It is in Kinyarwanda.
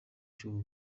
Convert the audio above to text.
cy’u